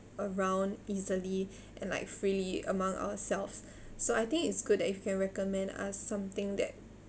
around easily and like freely among ourselves so I think it's good that you can recommend us something that